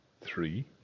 three